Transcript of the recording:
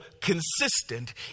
consistent